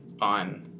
on